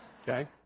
Okay